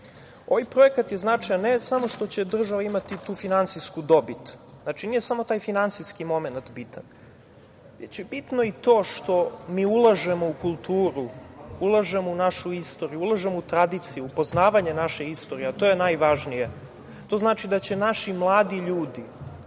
projekat je značajan ne samo što će država imati tu finansijsku dobit. Znači, nije samo taj finansijski momenat bitan, već je bitno i to što mi ulažemo u kulturu, ulažemo u našu istoriju, ulažemo u tradiciju, upoznavanje naše istorije, a to je najvažnije. To znači da će naši mladi ljudi